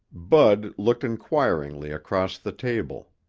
bud looked inquiringly across the table.